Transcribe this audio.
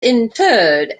interred